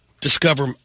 Discover